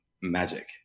magic